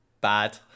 bad